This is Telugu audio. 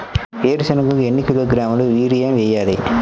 వేరుశనగకు ఎన్ని కిలోగ్రాముల యూరియా వేయాలి?